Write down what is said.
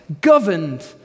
governed